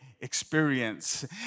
experience